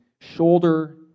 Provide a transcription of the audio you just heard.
shoulder